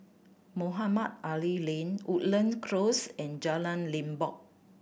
Mohamed Ali Lane Woodland Close and Jalan Limbok